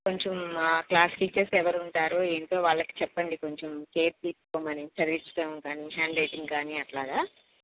కొంచెం ఆ class teachers ఎవరు ఉంటారో ఏంటో వాళ్ళకి చెప్పండి కొంచెం కేర్ తీసుకోమని చదివించడం కానీ హ్యాండ్ రైటింగ్ కానీ అట్లాగా